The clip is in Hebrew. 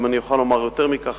אני גם יכול לומר יותר מכך,